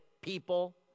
people